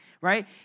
right